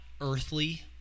earthly